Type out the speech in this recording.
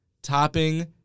Topping